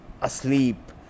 asleep